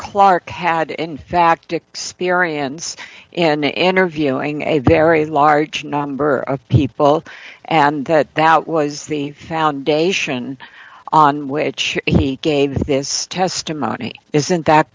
clarke had in fact experience and interviewing a very large number of people and that that was the foundation on which he gave this testimony isn't that